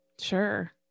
Sure